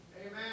Amen